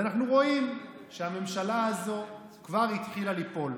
ואנחנו רואים שהממשלה הזו כבר התחילה ליפול.